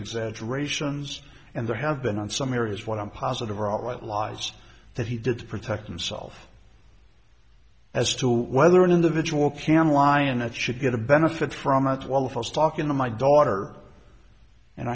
exaggerations and there have been on some areas what i'm positive are all right lies that he did to protect himself as to whether an individual can lie and that should get a benefit from it well if i was talking to my daughter and